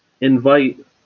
invite